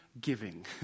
giving